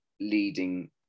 leading